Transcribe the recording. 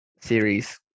series